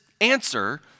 answer